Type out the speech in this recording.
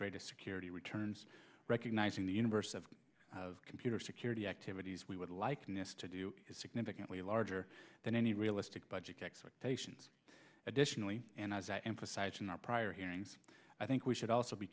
greatest security returns recognizing the universe of computer security activities we would like to do is significantly larger than any realistic budget expectations additionally and as i emphasized in our prior hearings i think we should also be